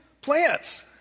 Plants